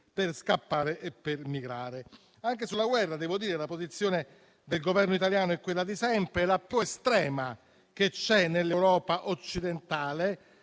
per scappare e per migrare. Anche sulla guerra devo dire che la posizione del Governo italiano è quella di sempre, la più estrema che c'è nell'Europa occidentale.